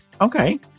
Okay